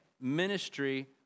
ministry